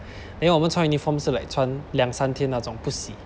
then 我们穿 uniform 是 like 穿两三天那种不洗